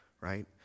right